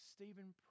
Stephen